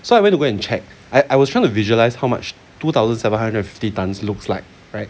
so I went to go and check I I was trying to visualise how much two thousand seven hundred and fifty tonnes looks like right